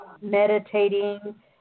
meditating